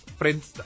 friends